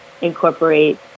incorporate